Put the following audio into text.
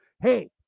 hey